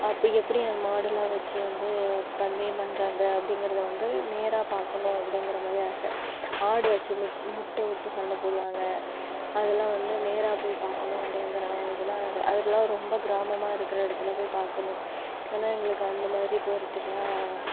அப்போ எப்படி மாடுலாம் வச்சு வந்து பந்தயம் பண்றாங்க அப்டிங்கிறத வந்து நேராக பார்க்கணும் அப்படிங்குற மாதிரி ஆசை ஆடு முட்ட விட்டு சண்டை போடுவாங்க அதெல்லாம் வந்து நேராக போய் பார்க்கணும் அப்படிங்குற இதெல்லாம் அதலான் ரொம்ப கிராமமாக இருக்கிற இடத்துல போய் பார்க்கணும் ஆனால் எங்களுக்கு அந்த மாதிரி போறதுக்குலாம்